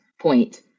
point